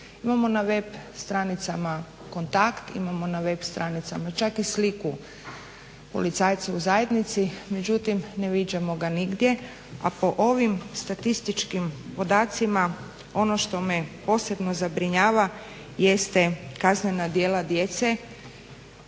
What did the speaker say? Imamo na web stranica kontakt, imamo na web stranicama čak i sliku policajca u zajednici, međutim ne viđamo ga nigdje. A po ovim statističkim podacima ono što me posebno zabrinjava jeste kaznena djela djece,